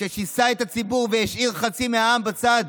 ששיסה את הציבור והשאיר חצי מהעם בצד.